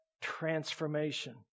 transformation